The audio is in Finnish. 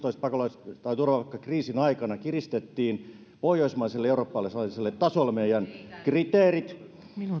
viiva kaksituhattakuusitoista turvapaikkakriisin aikana kiristettiin pohjoismaiselle ja eurooppalaiselle tasolle meidän kriteerit